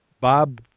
Bob